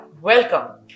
welcome